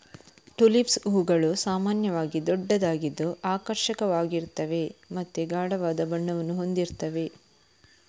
tulips ಹೂವುಗಳು ಸಾಮಾನ್ಯವಾಗಿ ದೊಡ್ಡದಾಗಿದ್ದು ಆಕರ್ಷಕವಾಗಿರ್ತವೆ ಮತ್ತೆ ಗಾಢವಾದ ಬಣ್ಣವನ್ನ ಹೊಂದಿರ್ತವೆ